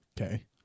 Okay